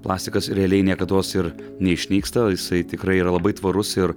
plastikas realiai niekados ir neišnyksta o jisai tikrai yra labai tvarus ir